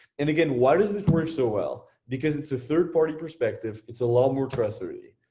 and again, why does this work so well, because it's a third party perspective. it's a lot more tresory.